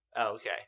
Okay